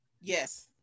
Yes